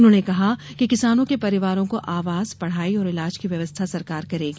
उन्होंने कहा कि किसानों के परिवारों को आवास पढाई और इलाज की व्यवस्था सरकार करेगी